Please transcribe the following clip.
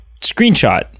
screenshot